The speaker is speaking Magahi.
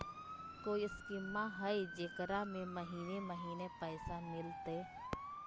कोइ स्कीमा हय, जेकरा में महीने महीने पैसा मिलते?